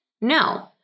No